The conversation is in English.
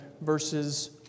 verses